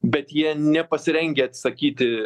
bet jie nepasirengę atsisakyti